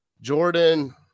Jordan